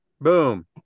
Boom